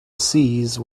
sees